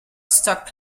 stuck